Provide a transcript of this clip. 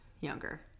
younger